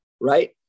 Right